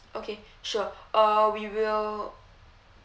okay sure uh we will